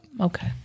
Okay